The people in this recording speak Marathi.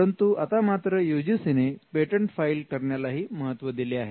परंतु आता मात्र यूजीसी ने पेटंट फाईल करण्यालाही महत्त्व दिले आहे